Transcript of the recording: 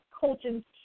coaching